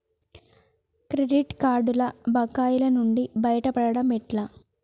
Credit కార్డుల బకాయిల నుండి బయటపడటం ఎట్లా?